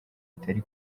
itari